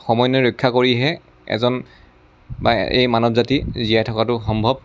সমন্বয় ৰক্ষা কৰিহে এজন বা এই মানৱ জাতি জীয়াই থকাটো সম্ভৱ